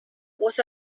was